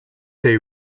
they